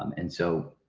um and so